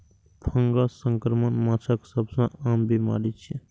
fungus संक्रमण माछक सबसं आम बीमारी छियै